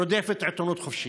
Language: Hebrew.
רודפת עיתונות חופשית.